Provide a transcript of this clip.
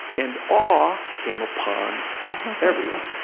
and awe came upon everyone,